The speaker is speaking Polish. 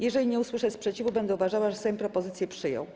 Jeżeli nie usłyszę sprzeciwu, będę uważała, że Sejm propozycję przyjął.